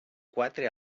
quatre